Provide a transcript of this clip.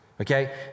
Okay